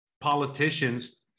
politicians